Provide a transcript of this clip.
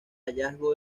hallazgo